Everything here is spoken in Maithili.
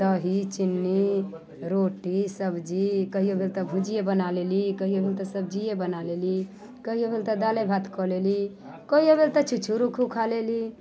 दही चीन्नी रोटी सब्जी कहियो भेल तऽ भुजिए बना लेली कहियो भेल तऽ सब्जिए बना लेली कहियो भेल तऽ दाले भात कऽ लेली कहियो भेल तऽ छूछू रूखू खा लेली